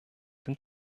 den